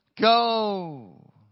go